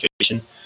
education